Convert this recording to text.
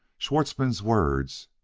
schwartzmann's words,